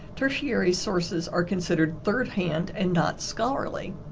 tertiary sources are considered third-hand and not scholarly.